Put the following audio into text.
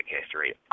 history